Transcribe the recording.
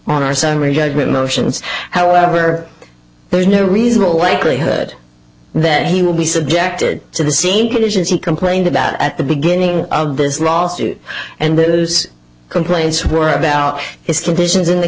on our summary judgment motions however there is no reasonable likelihood that he will be subjected to the same conditions he complained about at the beginning of this lawsuit and those complaints were about his conditions in the